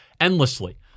endlessly